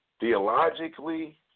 Theologically